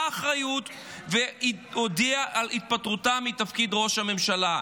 אחריות והודיעה על התפטרותה מתפקיד ראש הממשלה.